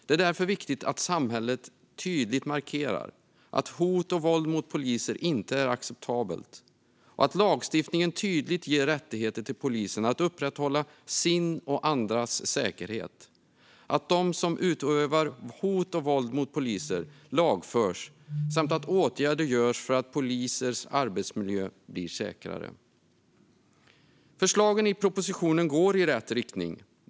Det är därför viktigt att samhället tydligt markerar att hot och våld mot poliser inte är acceptabelt, att lagstiftningen tydligt ger rättigheter till polisen att upprätthålla sin och andras säkerhet, att de som utövar hot och våld mot poliser lagförs samt att åtgärder genomförs för att polisers arbetsmiljö ska bli säkrare. Förslagen i propositionen går i rätt riktning.